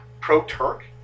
pro-Turk